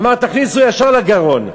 אמר: תכניסו ישר לגרון.